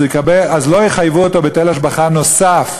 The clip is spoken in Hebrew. לא יחייבו אותו בהיטל השבחה נוסף,